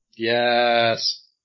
Yes